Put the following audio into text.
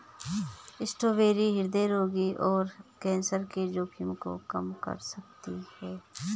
strawberry हृदय रोग और कैंसर के जोखिम को कम कर सकती है